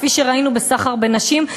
כפי שראינו בסחר בנשים,